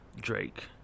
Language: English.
Drake